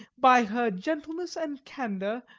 by her gentleness and candour,